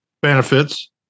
benefits